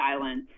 silence